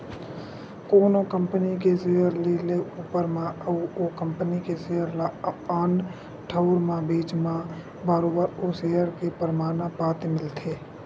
कोनो कंपनी के सेयर ल लेए ऊपर म अउ ओ कंपनी के सेयर ल आन ठउर म बेंचे म बरोबर ओ सेयर के परमान पाती मिलथे